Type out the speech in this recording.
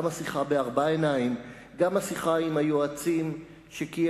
גם השיחה בארבע עיניים וגם השיחה עם היועצים שקיים